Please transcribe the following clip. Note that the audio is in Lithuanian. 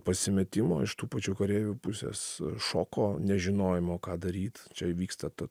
pasimetimo iš tų pačių kareivių pusės šoko nežinojimo ką daryt čia vyksta ta